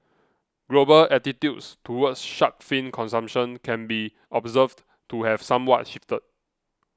global attitudes towards shark fin consumption can be observed to have somewhat shifted